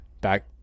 back